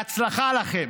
בהצלחה לכם.